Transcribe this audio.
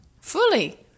Fully